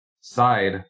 side